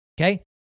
Okay